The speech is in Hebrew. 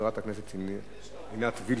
חברת הכנסת עינת וילף,